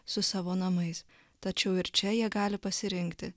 su savo namais tačiau ir čia jie gali pasirinkti